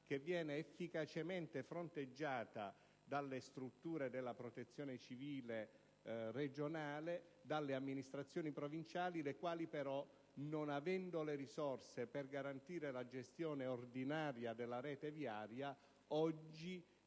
che viene efficacemente fronteggiata dalle strutture della Protezione civile regionale e dalle amministrazioni provinciali, le quali, però, non avendo le risorse per garantire la gestione ordinaria della rete viaria, oggi